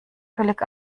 völlig